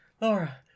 Laura